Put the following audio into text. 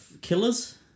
killers